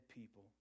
people